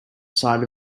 side